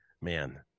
man